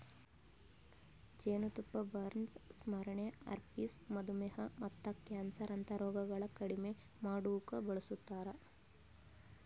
ಜೇನತುಪ್ಪ ಬರ್ನ್ಸ್, ಸ್ಮರಣೆ, ಹರ್ಪಿಸ್, ಮಧುಮೇಹ ಮತ್ತ ಕ್ಯಾನ್ಸರ್ ಅಂತಾ ರೋಗಗೊಳ್ ಕಡಿಮಿ ಮಾಡುಕ್ ಬಳಸ್ತಾರ್